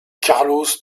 carlos